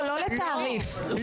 לא לתעריף.